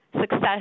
success